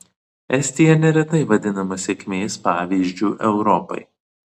estija neretai vadinama sėkmės pavyzdžiu europai